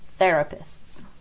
therapists